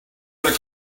gonna